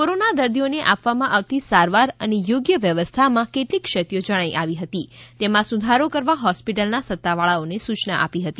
corona દર્દીઓને આપવામાં આવતી સારવાર અને યોગ્ય વ્યવસ્થામાં કેટલીક ક્ષતિઓ જણાઈ આવી હતી તેમાં સુધારો કરવા હોસ્પિટલના સત્તાવાળાઓને સૂચના આપી હતી